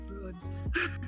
roads